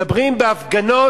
מדברים על הפגנות.